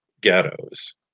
ghettos